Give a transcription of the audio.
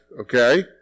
Okay